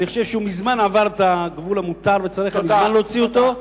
אני חושב שהוא מזמן עבר את הגבול המותר וצריך מזמן להוציא אותו.